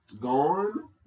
Gone